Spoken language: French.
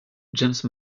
james